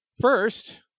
First